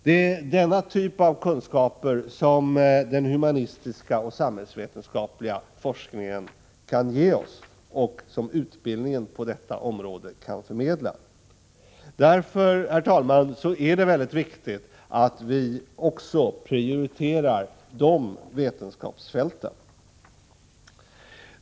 Det är denna typ av kunskaper som den humanistiska och samhällsvetenskapliga forskningen kan ge oss och som utbildningen på detta område kan förmedla. Därför, herr talman, är det väldigt viktigt att vi också prioriterar de vetenskapsfälten.